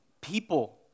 people